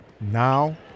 Now